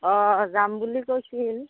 অঁ যাম বুলি কৈছিল